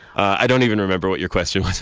i don't even remember what your question